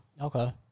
Okay